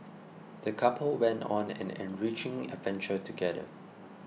the couple went on an enriching adventure together